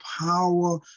power